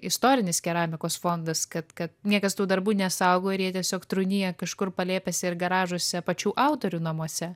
istorinis keramikos fondas kad kad niekas tų darbų nesaugo ir jie tiesiog trūnija kažkur palėpėse ir garažuose pačių autorių namuose